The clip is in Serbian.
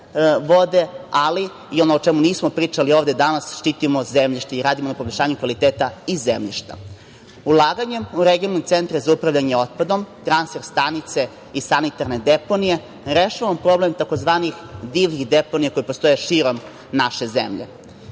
vode, ali i ono o čemu nismo pričali ovde danas, štitimo zemljište i radimo na poboljšanju kvaliteta i zemljišta. Ulaganjem u regionalne centre za upravljanje otpadom, transfer stanice i sanitarne deponije, rešavamo problem tzv. divljih deponija koje postoje širom naše zemlje,